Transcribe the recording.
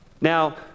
now